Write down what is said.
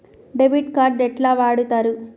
Debit card ఎట్లా వాడుతరు?